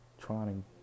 trying